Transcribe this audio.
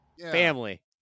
family